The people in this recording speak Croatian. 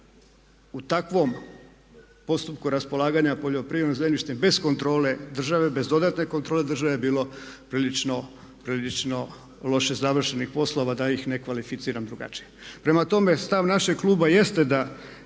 u takvom postupku raspolaganja poljoprivrednim zemljištem bez kontrole države, bez dodatne kontrole države bilo prilično loše završenih poslova da ih ne kvalificiram drugačije. Prema tome, stav našeg klub jeste da